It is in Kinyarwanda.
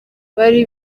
bari